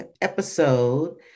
episode